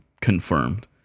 confirmed